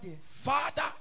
father